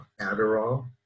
Adderall